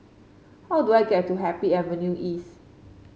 how do I get to Happy Avenue East